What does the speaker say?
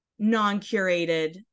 non-curated